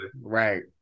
right